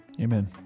Amen